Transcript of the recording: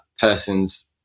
person's